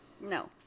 No